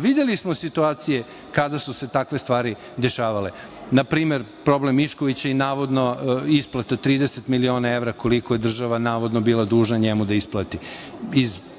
Videli smo situacije kada su se takve stvari dešavale. Na primer, problem Miškovića i navodno isplata od 30 miliona evra, koliko je država navodno bila dužna njemu da isplati iz znamo